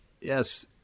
Yes